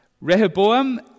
Rehoboam